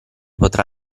potrà